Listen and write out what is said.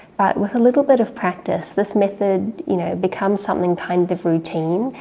but with a little bit of practise, this method you know becomes something kind of routine,